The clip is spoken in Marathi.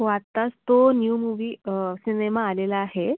हो आत्ताच तो न्यू मुवी सिनेमा आलेला आहे